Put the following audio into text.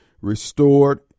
restored